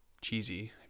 cheesy